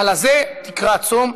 הלזה תקרא צום".